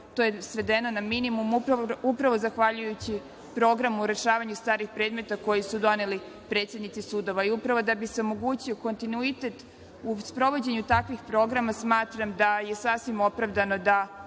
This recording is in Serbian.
To je svedeno na minimum upravo zahvaljujući programu rešavanju starih predmeta koji su doneli predsednici sudova. Upravo da bi se omogućio kontinuitet u sprovođenju takvih programa smatram da je sasvim opravdano da